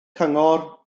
cyngor